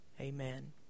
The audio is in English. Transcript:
Amen